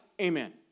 amen